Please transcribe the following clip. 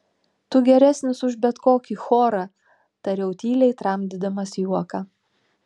tu geresnis už bet kokį chorą tariau tyliai tramdydamas juoką